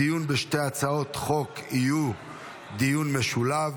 הדיון בשתי הצעות החוק יהיה דיון משולב,